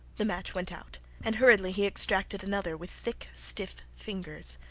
the match went out, and hurriedly he extracted another, with thick, stiff fingers.